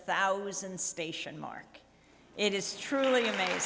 thousand station mark it is truly amaz